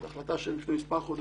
זו החלטה מלפני מספר חודשים,